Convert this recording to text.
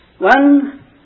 One